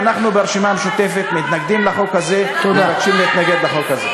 אנחנו ברשימה המשותפת מתנגדים לחוק הזה ורוצים להתנגד לחוק הזה.